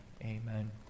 amen